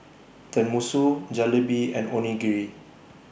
Tenmusu Jalebi and Onigiri